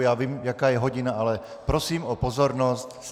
Já vím, jaká je hodina, ale prosím o pozornost.